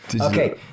Okay